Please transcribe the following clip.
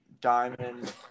Diamond